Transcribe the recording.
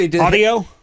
audio